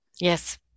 Yes